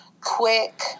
quick